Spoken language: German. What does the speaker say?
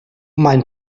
mein